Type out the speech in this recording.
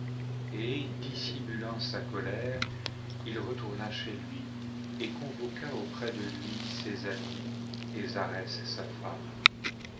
et dissimulant sa colère il retourna chez lui et convoqua auprès de lui ses amis et zarès sa femme